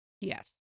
Yes